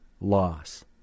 loss